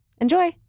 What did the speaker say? Enjoy